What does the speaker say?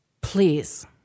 Please